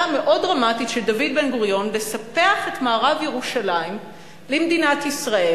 המאוד-דרמטית של דוד בן-גוריון לספח את מערב ירושלים למדינת ישראל,